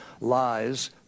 lies